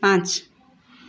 पाँच